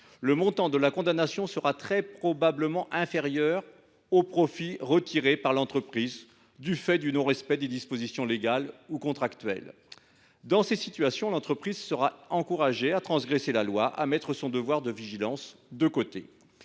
le montant de la condamnation [soit] très probablement inférieur au profit retiré par l’entreprise du fait du non respect des dispositions légales ou contractuelles ». Dans de telles situations, l’entreprise serait encouragée à transgresser la loi, à mettre son devoir de vigilance de côté.